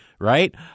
right